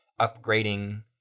upgrading